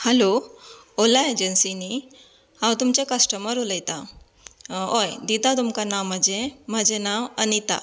hello Ola agency न्ही हांव तुमचें कस्टमर उलयतां हय दिता तुमकां नांव म्हजे म्हजें नांव अनिता